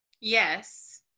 Yes